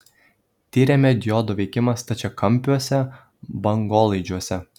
tyrėme diodo veikimą stačiakampiuose bangolaidžiuose